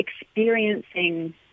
experiencing